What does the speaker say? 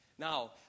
Now